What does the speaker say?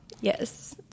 Yes